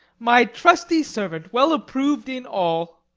my trusty servant well approv'd in all,